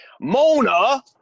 Mona